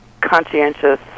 conscientious